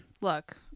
look